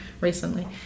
recently